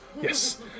Yes